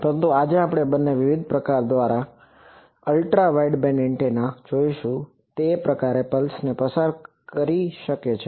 પરંતુ આજે આપણે બંને વિવિધ પ્રકારના અલ્ટ્રા વાઇડબેન્ડ એન્ટેના જોશું જે તે પ્રકારની પલ્સને પસાર કરી શકે છે